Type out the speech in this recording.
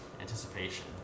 anticipation